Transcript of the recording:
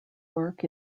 work